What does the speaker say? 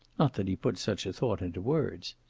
not that he put such a thought into words.